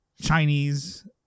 Chinese